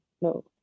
No